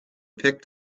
picked